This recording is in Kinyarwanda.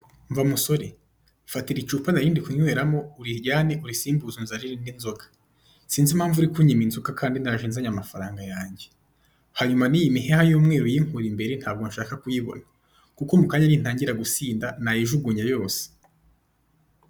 Umva musore! Fata iri cupa nari ndi kunyweramo urijyane urisimbuze unzanire indi nzoga. Sinzi impamvu uri kunyima inzoga kandi naje nzanye amafaranga yanjye? Hanyuma n'iyi miheha y'umweru iyinkure imbere ntago nshaka kuyibona, kuko mukanya nintangira gusinda nayijugunya yose.